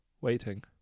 waiting